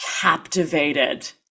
captivated